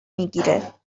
میگیره